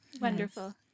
Wonderful